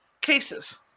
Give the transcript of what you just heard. cases